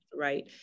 Right